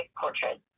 portrait